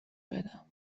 بدم